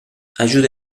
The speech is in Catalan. ajuda